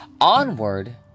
Onward